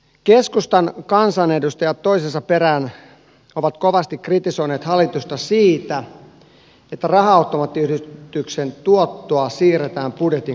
keskustan kansanedustajat toisensa perään ovat kovasti kritisoineet hallitusta siitä että raha automaattiyhdistyksen tuottoa siirretään budjetin katteeksi